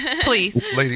Please